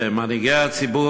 ומנהיגי הציבור,